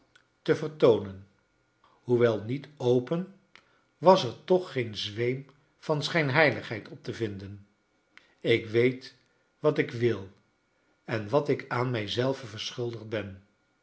te vertoonen hoewel niet open wai er toch geen zweem van schijnheiligheid op te vinden ik weet wat ik wil en wat ik aan mrj zelve verschuldigd ben